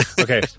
Okay